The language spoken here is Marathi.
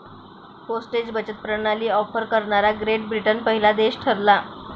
पोस्टेज बचत प्रणाली ऑफर करणारा ग्रेट ब्रिटन पहिला देश ठरला